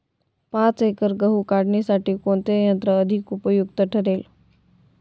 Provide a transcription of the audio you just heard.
पाच एकर गहू काढणीसाठी कोणते यंत्र अधिक उपयुक्त ठरेल?